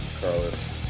Carlos